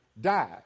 die